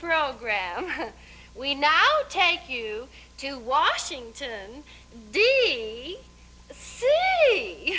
program we now take you to washington d c